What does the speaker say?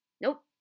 Nope